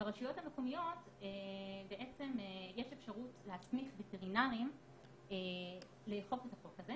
ברשויות המקומיות יש אפשרות להסמיך וטרינרים לאכוף את החוק הזה.